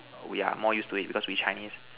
we are more used to it because we Chinese